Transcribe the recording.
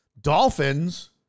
Dolphins